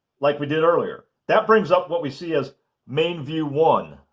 like we did earlier. that brings up what we see as main view one.